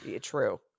True